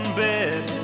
bed